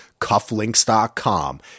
CuffLinks.com